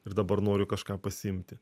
ir dabar noriu kažką pasiimti